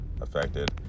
affected